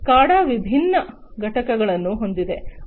SCADA ವಿಭಿನ್ನ ಘಟಕಗಳನ್ನು ಹೊಂದಿದೆ